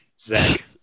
Zach